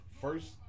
first